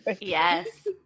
yes